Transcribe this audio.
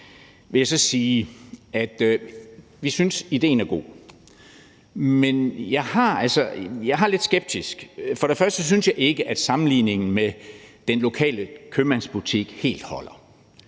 vil jeg så sige, at vi synes, at idéen er god, men jeg har altså lidt skepsis. Først og fremmest synes jeg ikke, at sammenligningen med den lokale købmandsbutik helt holder.